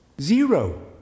Zero